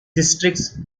districts